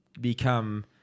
become